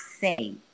say